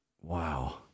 Wow